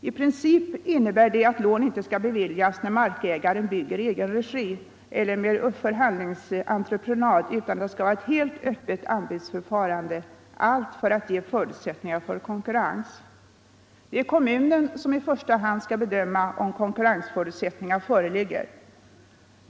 I princip innebär de att lån inte skall beviljas när markägaren bygger i egen regi eller med förhandlingsentreprenad, utan att det skall vara ett helt öppet anbudsförfarande — allt för att ge förutsättningar för konkurrens. Det är kommunen som i första hand skall bedöma om konkurrensförutsättningar föreligger.